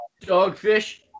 Dogfish